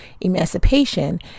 emancipation